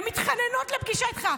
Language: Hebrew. הן מתחננות לפגישה איתך.